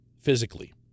physically